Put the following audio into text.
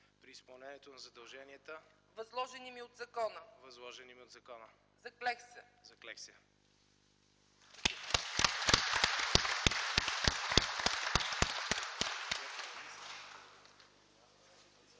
при изпълнението на задълженията, възложени ми от закона. Заклех